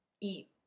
eat